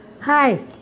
Hi